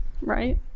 Right